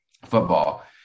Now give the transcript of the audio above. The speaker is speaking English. football